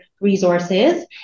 resources